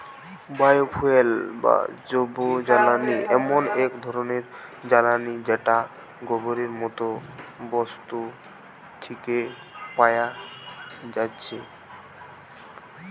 bio fuel বা জৈবজ্বালানি এমন এক ধরণের জ্বালানী যেটা গোবরের মতো বস্তু থিকে পায়া যাচ্ছে